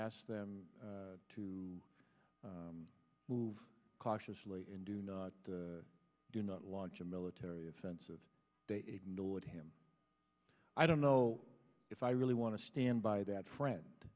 asked them to move cautiously and do not do not launch a military offensive they ignored him i don't know if i really want to stand by that friend